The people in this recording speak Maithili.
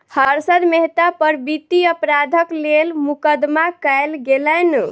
हर्षद मेहता पर वित्तीय अपराधक लेल मुकदमा कयल गेलैन